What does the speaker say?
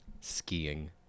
Skiing